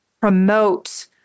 promote